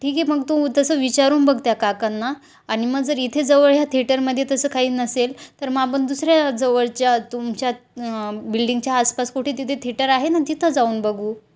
ठीक आहे मग तू तसं विचारून बघ त्या काकांना आणि मग जर इथे जवळ ह्या थेटरमध्ये तसं काही नसेल तर मग आपण दुसऱ्या जवळच्या तुमच्या बिल्डिंगच्या आसपास कुठे तिथे थेटर आहे ना तिथं जाऊन बघू